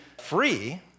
free